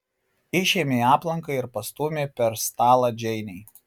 išėmė aplanką ir pastūmė per stalą džeinei